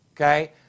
okay